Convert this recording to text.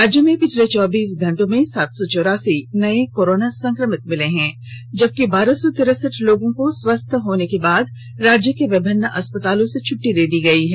राज्य में पिछले चौबीस घंटे में सात सौ चौरासी नए कोरोना संक्रमित मिले हैं जबकि बारह सौ तिरसठ लोगों को स्वस्थ होने के बाद राज्य के विभिन्न अस्पतालों से छुटटी दी गई है